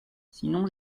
sinon